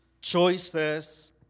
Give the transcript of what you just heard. choices